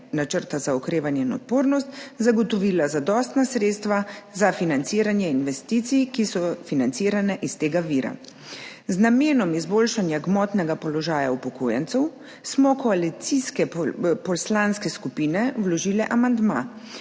načrta za okrevanje in odpornost zagotovila zadostna sredstva za financiranje investicij, ki so financirane iz tega vira. Z namenom izboljšanja gmotnega položaja upokojencev smo koalicijske poslanske skupine vložile amandma,